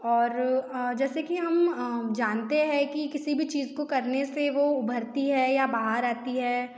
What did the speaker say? और जैसे कि हम जानते हैं कि किसी भी चीज़ को करने से वो उभरती है या बाहर आती है